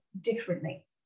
differently